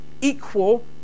equal